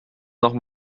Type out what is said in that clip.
noch